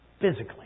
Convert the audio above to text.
Physically